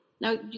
Now